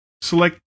select